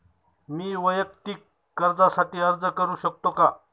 मी वैयक्तिक कर्जासाठी अर्ज करू शकतो का?